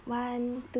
one two